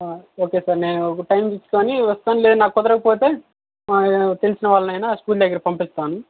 okay sir నేను ఒక time చూసుకుని వస్తాను లేదా నాకు కుదరకపోతే తెలిసిన వాళ్ళని అయినా స్కూల్ దగ్గరికి పంపిస్తాను